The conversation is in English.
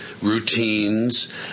routines